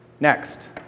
Next